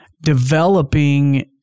developing